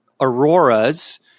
auroras